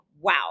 wow